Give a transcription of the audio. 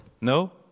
no